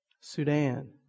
Sudan